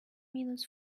minutes